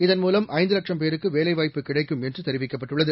இதன்மூவம் ஐந்து லட்சும் பேருக்கு வேலைவாய்ப்பு கிடக்கும் என்று தெரிவிக்கப்பட்டுள்ளது